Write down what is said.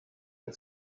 del